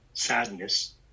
sadness